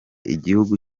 igihugu